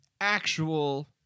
actual